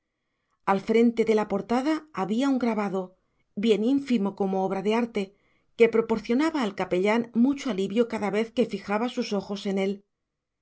al frente de la portada había un grabado bien ínfimo como obra de arte que proporcionaba al capellán mucho alivio cada vez que fijaba sus ojos en él